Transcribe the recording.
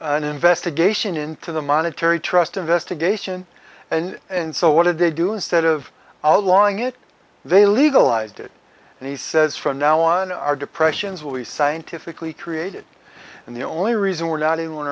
an investigation into the monetary trust investigation and and so what did they do instead of along it they legalized it and he says from now on our depressions will be scientifically created and the only reason we're not